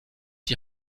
die